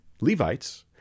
Levites